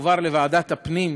תועבר לוועדת הפנים.